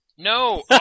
No